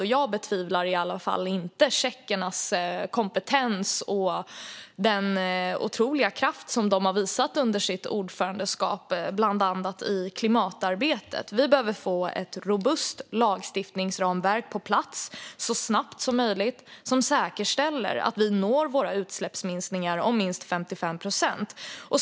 Och jag betvivlar i alla fall inte tjeckernas kompetens och den otroliga kraft de har visat under sitt ordförandeskap, bland annat i klimatarbetet. Vi behöver få ett robust lagstiftningsramverk på plats så snabbt som möjligt som säkerställer att vi når våra mål om utsläppsminskningar på minst 55 procent.